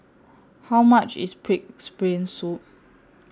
How much IS Pig'S Brain Soup